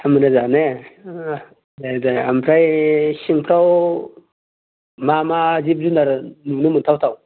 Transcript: थाम रोजा ने दे दे ओमफ्राय सिंफ्राव मा मा जिब जुनार नुनो मोनथावथाव